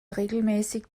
regelmäßig